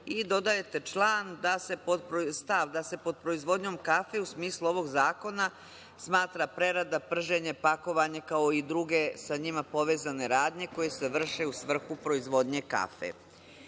i dodajete stav da se pod proizvodnjom kafe u smislu ovog zakona smatra prerada, prženje, pakovanje i druge sa njima povezane radnje koje se vrše u svrhu proizvodnje